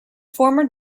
former